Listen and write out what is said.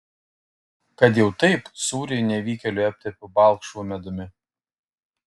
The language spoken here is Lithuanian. kad jau taip sūrį nevykėliui aptepiau balkšvu medumi